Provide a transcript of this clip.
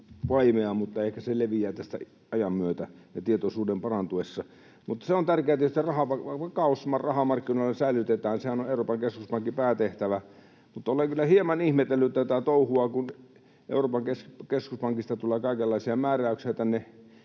vaimea, mutta ehkä se leviää tästä ajan myötä ja tietoisuuden parantuessa. Se on tärkeää tietysti, että vakaus rahamarkkinoilla säilytetään — sehän on Euroopan keskuspankin päätehtävä. Mutta olen kyllä hieman ihmetellyt tätä touhua, kun Euroopan keskuspankista tulee kaikenlaisia määräyksiä tänne